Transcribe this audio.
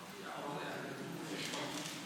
כמעט, היו חסרים כמה קולות.